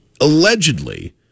Allegedly